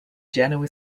genoa